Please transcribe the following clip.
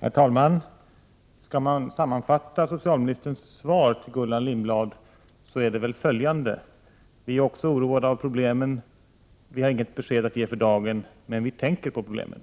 Herr talman! Om man skall sammanfatta socialministerns svar till Gullan Lindblad innehåller det följande: Vi är också oroade av problemen. Vi har för dagen inget besked att ge, men vi tänker på problemen.